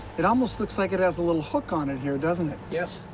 it almost looks like it has a little hook on it here, doesn't it? yes,